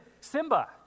Simba